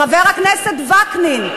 חבר הכנסת וקנין,